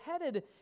headed